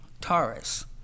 Taurus